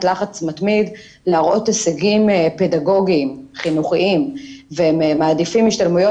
לחץ מתמיד להראות הישגים פדגוגיים חינוכיים והם מעדיפים השתלמויות